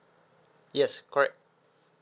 yes correct